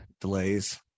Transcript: delays